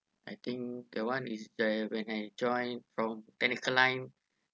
I think that one is the when I joined from technical line